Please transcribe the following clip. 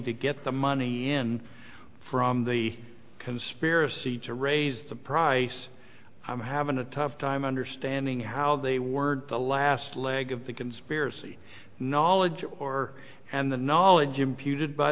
to get the money in from the conspiracy to raise the price i'm having a tough time understanding how they word the last leg of the conspiracy knowledge or and the knowledge imputed by